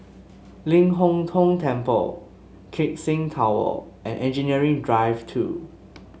Ling Hong Tong Temple Keck Seng Tower and Engineering Drive Two